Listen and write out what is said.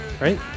right